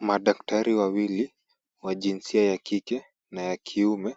Madaktari wawili wa jinsia ya kike na ya kiume